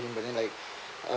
but then like uh